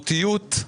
בתחרותיות,